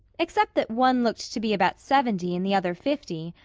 except that one looked to be about seventy and the other fifty,